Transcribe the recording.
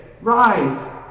Rise